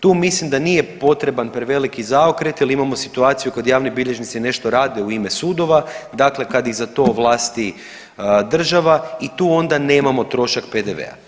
Tu mislim da nije potreban preveliki zaokret jer imamo situaciju kad javni bilježnici nešto rade u ime sudova, dakle kad ih za to ovlasti država i tu onda nemamo trošak PDV-a.